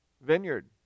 vineyard